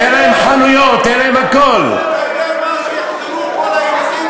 היו להם חנויות, היה להם הכול.